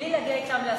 בלי להגיע אתם